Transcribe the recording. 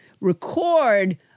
record